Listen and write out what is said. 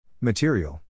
Material